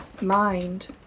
mind